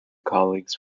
colleagues